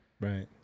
right